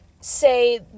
say